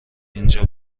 اینجا